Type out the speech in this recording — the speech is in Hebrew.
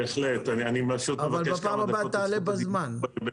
בהחלט, אבהיר את הדברים.